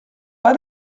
pas